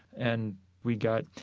and we got,